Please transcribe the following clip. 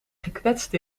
gekwetst